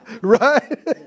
Right